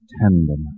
tenderness